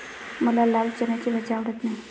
मला लाल चण्याची भाजी आवडत नाही